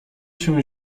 się